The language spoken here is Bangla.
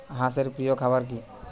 হাঁস এর প্রিয় খাবার কি?